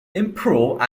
improve